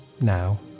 now